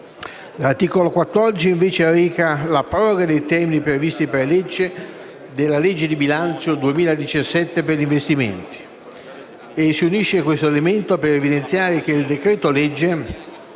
L'articolo 14, invece, reca la proroga dei termini previsti dalla legge di bilancio 2017 per gli investimenti. Si unisce questo elemento per evidenziare che il decreto-legge